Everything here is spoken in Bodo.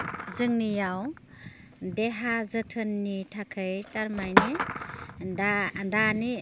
जोंनियाव देहा जोथोननि थाखै थारमानि दा दानि